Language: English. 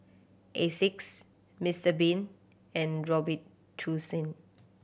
Asics Mister Bean and Robitussin